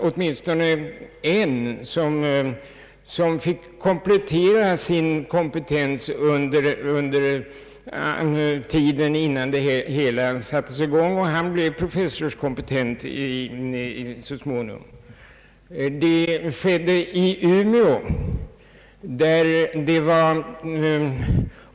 Åtminstone en fick komplettera sin utbildning under tiden innan det hela sattes i gång. Han blev så småningom professorskompetent. Detta skedde i Umeå.